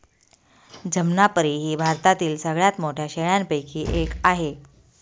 जमनापरी ही भारतातील सगळ्यात मोठ्या शेळ्यांपैकी एक आहे